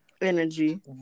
energy